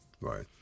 Right